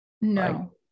No